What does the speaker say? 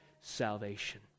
salvation